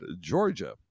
Georgia